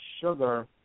sugar